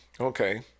Okay